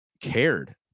cared